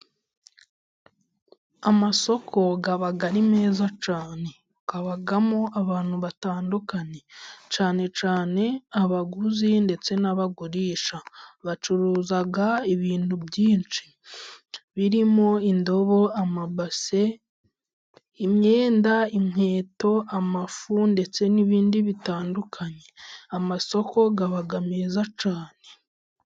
Amasoko aba meza cyane abamo abantu batandukanye cyane cyane abaguzi ndetse n'abagurisha. Bacuruza ibintu byinshi birimo: indobo, amabase, imyenda, inkweto, amafu ndetse n'ibindi bitandukanye. Amasoko aba meza cyane.